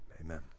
Amen